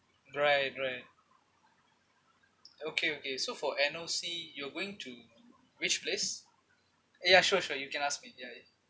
right right okay okay so for annual see you're going to which place ya sure sure you can ask me